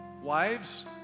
Wives